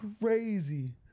crazy